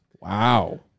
Wow